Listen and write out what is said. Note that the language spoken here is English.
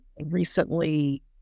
recently